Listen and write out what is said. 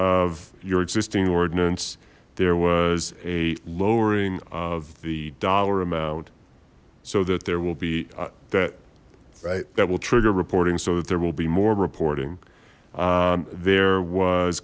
of your existing ordinance there was a lowering of the dollar amount so that there will be that that will trigger reporting so that there will be more reporting there was